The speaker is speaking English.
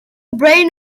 brain